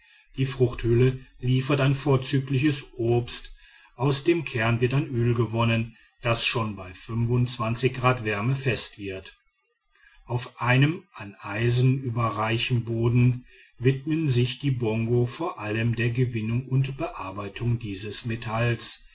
die fruchthülle liefert ein vorzügliches obst aus dem kern wird ein öl gewonnen das schon bei grad wärme fest wird auf einem an eisen überreichen boden widmen sich die bongo vor allem der gewinnung und bearbeitung dieses metalls